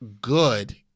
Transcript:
good